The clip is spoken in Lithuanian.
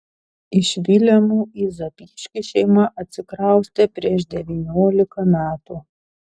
iš vilemų į zapyškį šeima atsikraustė prieš devyniolika metų